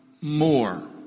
more